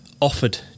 offered